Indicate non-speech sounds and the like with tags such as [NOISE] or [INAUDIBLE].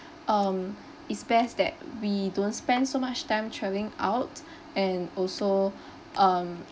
um is best that we don't spend so much time traveling out [BREATH] and also [BREATH] um